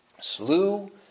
slew